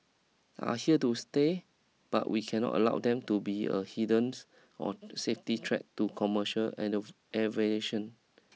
are here to stay but we cannot allow them to be a hindrance or safety threat to commercial aviation